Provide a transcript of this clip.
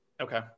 Okay